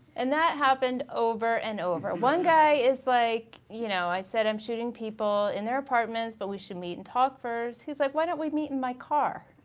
and that happened over and over. one guy is like, you know i said i'm shooting people in their apartments but we should meet and talk first. he's like why don't we meet in my car?